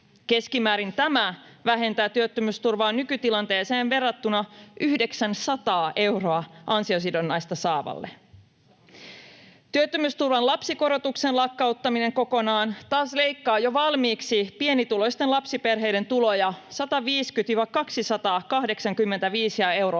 Keskimäärin tämä vähentää työttömyysturvaa nykytilanteeseen verrattuna 900 euroa ansiosidonnaista saavalle. Työttömyysturvan lapsikorotuksen lakkauttaminen kokonaan taas leikkaa jo valmiiksi pienituloisten lapsiperheiden tuloja 150—285 euroa